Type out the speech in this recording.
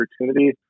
opportunity